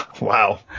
Wow